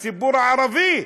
בציבור הערבי,